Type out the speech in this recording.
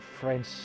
french